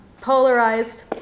polarized